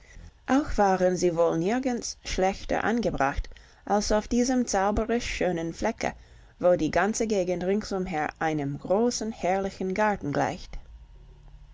auch waren sie wohl nirgends schlechter angebracht als auf diesem zauberisch schönen flecke wo die ganze gegend ringsumher einem großen herrlichen garten gleicht